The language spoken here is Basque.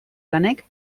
lanek